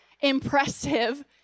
impressive